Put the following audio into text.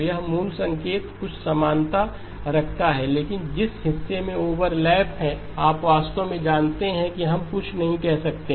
तो यह मूल संकेत से कुछ समानता रखता है लेकिन जिस हिस्से में ओवरलैप है आप वास्तव में जानते हैं कि हम कुछ नहीं कह सकते